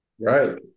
Right